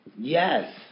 Yes